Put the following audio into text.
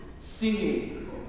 singing